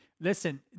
listen